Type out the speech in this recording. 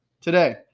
today